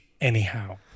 anyhow